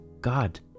God